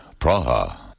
Praha